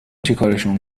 چیکارشون